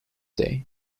day